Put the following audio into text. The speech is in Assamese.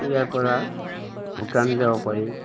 ইয়াৰ পৰা ভূটান যাব পাৰি